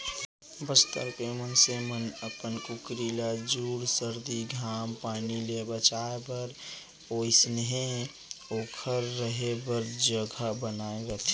बस्तर के मनसे मन अपन कुकरी ल जूड़ सरदी, घाम पानी ले बचाए बर ओइसनहे ओकर रहें बर जघा बनाए रथें